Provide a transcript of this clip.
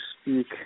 speak